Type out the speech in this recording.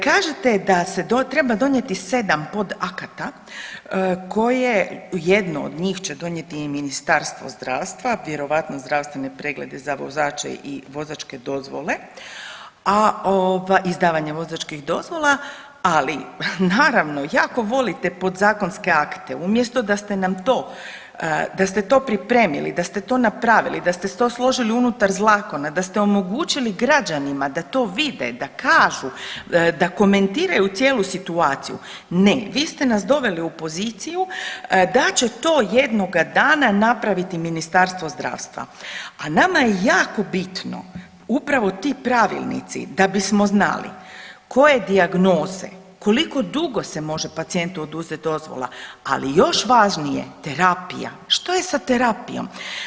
Kažete da se treba donijeti 7 podakata koje jedno od njih će donijeti i Ministarstvo zdravstva, a vjerojatno i zdravstvene preglede za vozače i vozačke dozvole, a ovaj, izdavanje vozačkih dozvola, ali naravno jako volite podzakonske akte umjesto da ste nam to, da ste to pripremili, da ste to napravili, da ste to složili unutar zakona, da ste omogućili građanima da to vide, da kažu, da komentiraju cijelu situaciju, ne vi ste nas doveli u poziciju da će to jednoga dana napraviti Ministarstvo zdravstva, a nama je jako bitno upravo ti pravilnici da bismo znali koje dijagnoze, koliko dugo se može pacijentu oduzeti dozvola, ali još važnije terapija, što je sa terapijom.